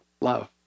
love